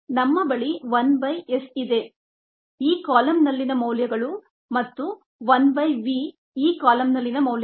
ನಮ್ಮ ಬಳಿ 1 by s ಇದೆ ಈ ಕಾಲಂನಲ್ಲಿನ ಮೌಲ್ಯಗಳು ಮತ್ತು 1 by v ಈ ಕಾಲಂನಲ್ಲಿನ ಮೌಲ್ಯಗಳು